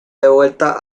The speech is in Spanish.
devuelta